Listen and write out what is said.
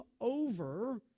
over